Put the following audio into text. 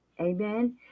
amen